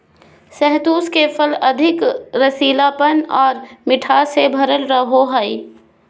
शहतूत के फल अधिक रसीलापन आर मिठास से भरल होवो हय